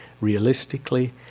realistically